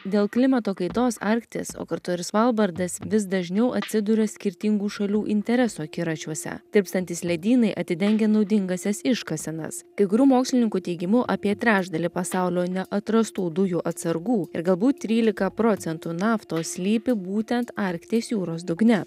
dėl klimato kaitos arktis o kartu ir svalbardas vis dažniau atsiduria skirtingų šalių interesų akiračiuose tirpstantys ledynai atidengia naudingąsias iškasenas kai kurių mokslininkų teigimu apie trečdalį pasaulio neatrastų dujų atsargų ir galbūt trylika procentų naftos slypi būtent arkties jūros dugne